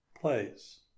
plays